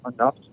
enough